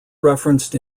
referenced